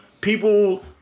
people